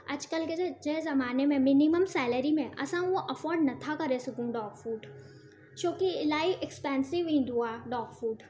अॼुकल्ह के जे जंहिं ज़माने में मिनिमम सैलेरी में असां उहो अफोर्ड न था करे सघूं डॉग छोकी इलाही एक्स्पेंसिव ईंदो आहे डॉग फूड